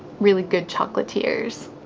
really good chocolatiers.